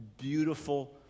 beautiful